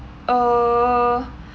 err